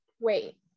wait